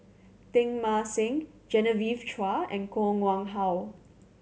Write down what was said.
Teng Mah Seng Genevieve Chua and Koh Nguang How